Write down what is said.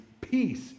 peace